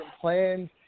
plans